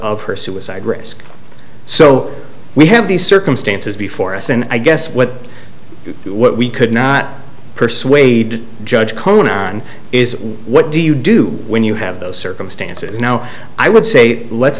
of her suicide risk so we have these circumstances before us and i guess what what we could not persuade judge cohen on is what do you do when you have those circumstances now i would say let's